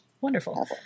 Wonderful